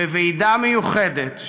בוועידה מיוחדת,